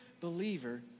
believer